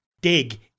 dig